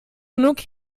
genug